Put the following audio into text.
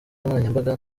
nkoranyambaga